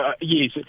yes